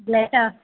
Blatta